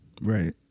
Right